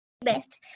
best